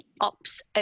Ops